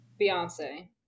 Beyonce